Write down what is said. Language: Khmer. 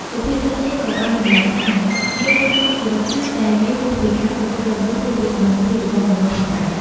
សុភាសិតនេះក៏បានរំលឹកថា មានរឿងក្នុងជីវិតខ្លះដែលវាហួសពីការគ្រប់គ្រង ឬហួសពីសមត្ថភាពរបស់មនុស្សផងដែរ។